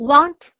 Want